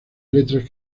letras